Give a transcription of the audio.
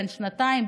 בן שנתיים,